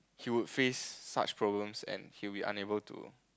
he would face such problems and he would be unable to